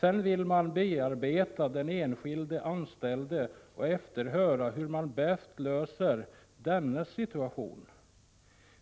Sedan vill man bearbeta den enskilde anställde och efterhöra hur man bäst kommer till rätta med dennes situation.